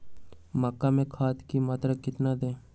मक्का में खाद की मात्रा कितना दे?